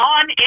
on